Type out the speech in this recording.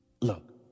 Look